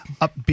Up